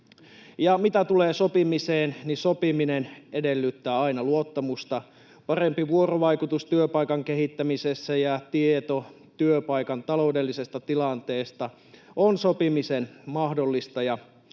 mitä tulee sopimiseen, niin sopiminen edellyttää aina luottamusta. Parempi vuorovaikutus työpaikan kehittämisessä ja tieto työpaikan taloudellisesta tilanteesta on sopimisen mahdollistaja,